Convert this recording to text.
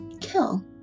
kill